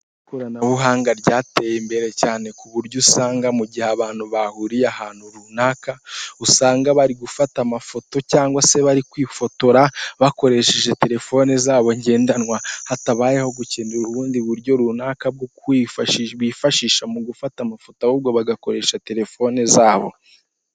Ikoranabuhanga ryateye imbere cyane ku buryo usanga mu gihe abantu bahuriye ahantu runaka usanga bari gufata amafoto, cyangwa se bari kwifotora bakoresheje terefoni zabo ngendanwa hatabayeho gukenera ubundi buryo runaka bwofashisha, bifashisha mu gufata amafoto, ahubwo bagakoresha terefone zabo.